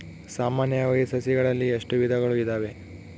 ಸಾಮಾನ್ಯವಾಗಿ ಸಸಿಗಳಲ್ಲಿ ಎಷ್ಟು ವಿಧಗಳು ಇದಾವೆ?